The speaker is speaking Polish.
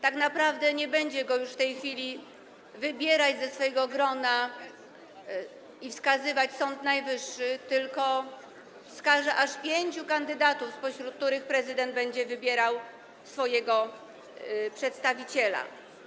Tak naprawdę nie będzie go już w tej chwili wybierać ze swojego grona i wskazywać Sąd Najwyższy, tylko wskaże aż pięciu kandydatów, spośród których prezydent będzie wybierał swojego przedstawiciela.